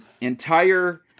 entire